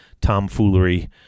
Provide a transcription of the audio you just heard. Tomfoolery